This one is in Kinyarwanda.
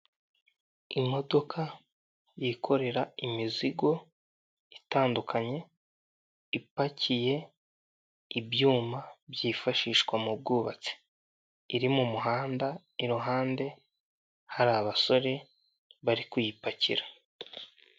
Iri iduka ricururizwamo ibintu bigiye bitandukanye harimo ibitenge abagore bambara bikabafasha kwirinda kugaragaza ubwambure bwabo.